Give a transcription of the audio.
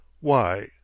Why